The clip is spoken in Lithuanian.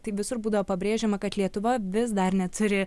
tai visur būdavo pabrėžiama kad lietuva vis dar neturi